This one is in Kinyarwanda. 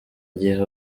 gihe